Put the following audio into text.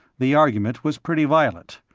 the argument was pretty violent.